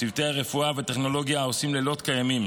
צוותי הרפואה והטכנולוגיה העושים לילות כימים,